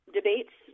debates